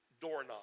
doorknob